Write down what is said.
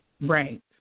Right